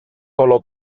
colo